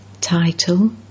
Title